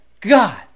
god